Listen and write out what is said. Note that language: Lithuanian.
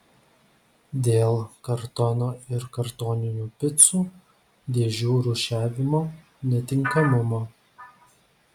dėl kartono ir kartoninių picų dėžių rūšiavimo netinkamumo